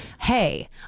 hey